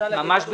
ממש בקצרה.